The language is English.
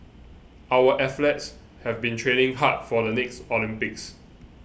our athletes have been training hard for the next Olympics